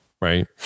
right